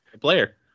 player